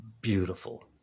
beautiful